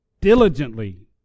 diligently